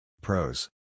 Pros